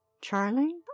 Charlie